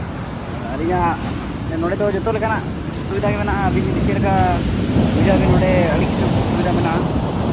ᱟᱹᱞᱤᱧᱟᱜ ᱱᱚᱰᱮ ᱫᱚ ᱡᱚᱛᱚ ᱞᱮᱠᱟᱱᱟᱜ ᱥᱩᱵᱤᱫᱷᱟ ᱜᱮ ᱢᱮᱱᱟᱜᱼᱟ ᱟᱹᱵᱤᱱ ᱪᱮᱫ ᱞᱮᱠᱟ ᱵᱩᱡᱷᱟᱹᱣ ᱟᱹᱵᱤᱱ ᱟᱹᱰᱤ ᱠᱤᱪᱷᱩ ᱥᱩᱵᱤᱫᱷᱟ ᱢᱮᱱᱟᱜᱼᱟ